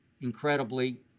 Incredibly